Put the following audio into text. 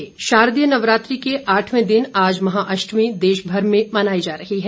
महाअष्टमी शारदीय नवरात्रि के आठवें दिन आज महाअष्टमी देशभर में मनाई जा रही है